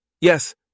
Yes